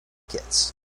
kits